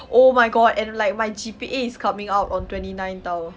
oh my god and like my G_P_A is coming out on twenty nine [tau]